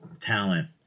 talent